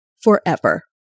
forever